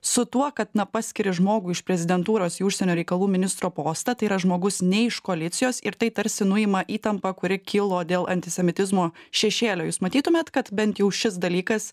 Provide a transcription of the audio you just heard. su tuo kad paskiri žmogų iš prezidentūros į užsienio reikalų ministro postą tai yra žmogus ne iš koalicijos ir tai tarsi nuima įtampą kuri kilo dėl antisemitizmo šešėlio jūs matytumėt kad bent jau šis dalykas